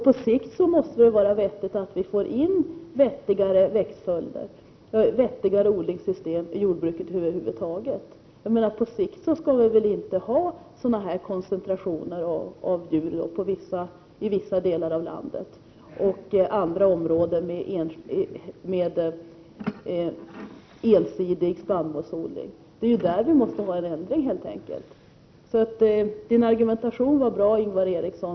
På sikt måste det vara förnuftigt att se till att vi får vettigare odlingssystem i jordbruket över huvud taget, för på sikt skall det väl inte finnas en stor koncentration av djur i vissa delar av landet medan man i andra områden ensidigt satsar på spannmålsodling. I det avseendet måste det helt enkelt bli en ändring. Ingvar Erikssons argumentation var, som sagt, bra.